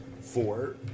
Four